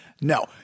No